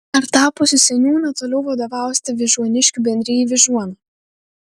ar tapusi seniūne toliau vadovausite vyžuoniškių bendrijai vyžuona